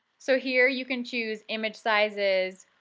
so here you can choose image sizes,